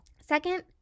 Second